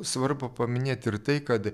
svarbu paminėt ir tai kad